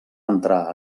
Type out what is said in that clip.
entrar